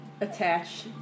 attach